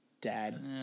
dad